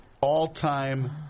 all-time